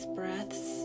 breaths